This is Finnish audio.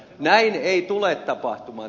näin ei tule tapahtumaan